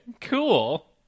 cool